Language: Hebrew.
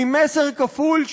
מסר כפול,